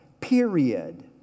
period